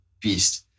beast